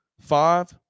five